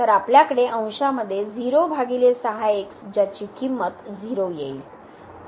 तर आपल्याकडे अंशामध्ये 0 भागिले ज्याची किंमत 0 येईल